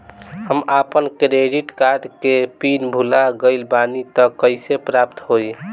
हम आपन credit card के पिन भुला गइल बानी त कइसे प्राप्त होई?